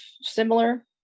similar